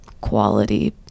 quality